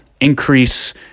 increase –